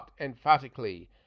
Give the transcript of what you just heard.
emphatically